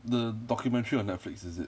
the documentary on Netflix is it